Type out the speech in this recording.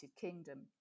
Kingdom